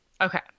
Okay